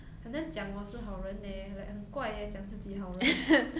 很难讲我是好人 leh 很怪 eh 讲自己好人